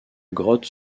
grotte